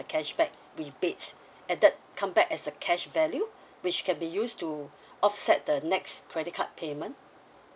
cashback rebates added come back as a cash value which can be used to offset the next credit card payment